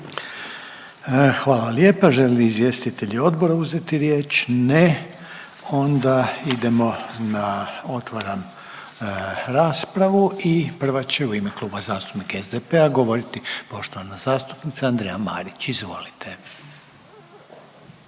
vam lijepa. Žele li izvjestitelji odbora uzeti riječ? Ne. Onda idemo na, otvaram raspravu i prva će u ime Kluba zastupnika SDP-a govoriti poštovana zastupnica Andreja Marić, izvolite.